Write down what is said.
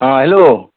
हँ हेलो